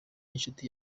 inshuti